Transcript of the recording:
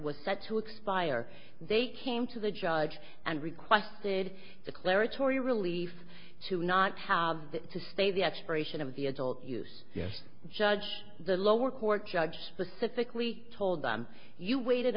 was set to expire they came to the judge and requested declaratory relief to not have to stay the expiration of the adult use yes judge the lower court judge specifically told them you waited